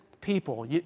people